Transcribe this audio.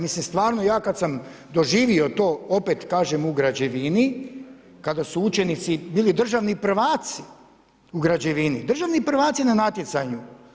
Mislim stvarno ja kad sam doživio to opet kažem u građevini, kada su učenici bili državni prvaci u građevini, državni prvaci na natjecanju.